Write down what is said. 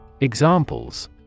Examples